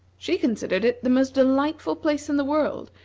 she considered it the most delightful place in the world,